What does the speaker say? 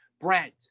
Brent